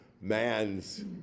man's